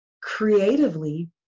creatively